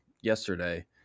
yesterday –